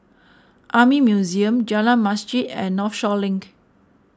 Army Museum Jalan Masjid and Northshore Link